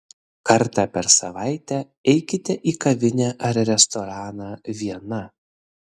kartą per savaitę eikite į kavinę ar restoraną viena